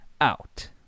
out